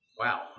Wow